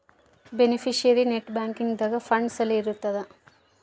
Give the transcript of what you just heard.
beneficiary net banking ದಾಗ funds ಅಲ್ಲಿ ಇರ್ತದ